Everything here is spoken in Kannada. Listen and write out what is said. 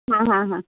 ಹಾಂ ಹಾಂ ಹಾಂ